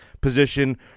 position